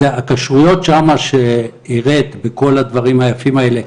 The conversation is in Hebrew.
הכשרויות שהראית בכל הדברים היפים האלה,